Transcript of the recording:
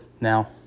Now